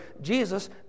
Jesus